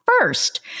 first